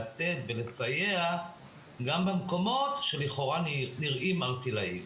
לצאת ולסייע גם במקומות שלכאורה נראים ערטילאיים.